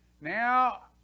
Now